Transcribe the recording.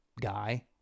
guy